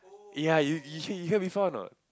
ya you you you hear before a not